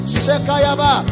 sekayaba